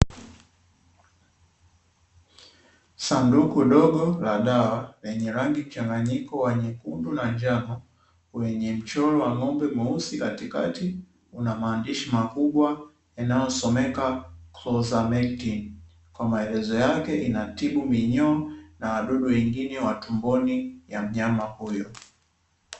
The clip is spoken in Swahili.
Sanduku dogo la dawa lenye rangi mchanganyiko wa nyekundu na njano, wenye mchoro wa ng'ombe mweusi, katikati una maandishi maandishi makubwa yanayosomeka "Kozametin", kwa maelezo yake inatibu minyoo, na wadudu wengine wa tumboni ya mnyama huyo.